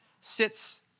sits